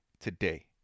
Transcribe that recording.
today